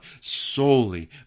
solely